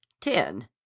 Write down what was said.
ten